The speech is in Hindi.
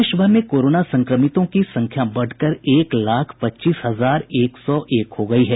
देश भर में कोरोना संक्रमितों की संख्या बढ़कर एक लाख पच्चीस हजार एक सौ एक हो गयी है